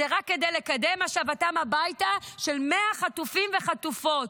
זה רק כדי לקדם השבתם הביתה של 100 חטופים וחטופות.